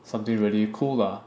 something really cool lah